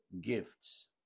gifts